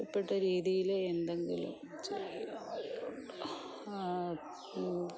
ദുപ്പട്ട രീതിയിൽ എന്തെങ്കിലും ചെ ഉണ്ട്